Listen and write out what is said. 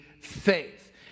faith